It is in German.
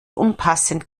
unpassend